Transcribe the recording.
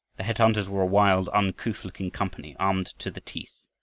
the head-hunters were a wild, uncouth-looking company, armed to the teeth.